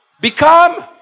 Become